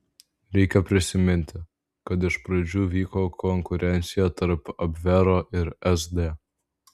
reikia prisiminti kad iš pradžių vyko konkurencija tarp abvero ir sd